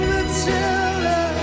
Matilda